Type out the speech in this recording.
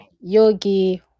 yogi